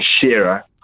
Shearer